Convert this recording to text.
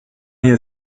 hier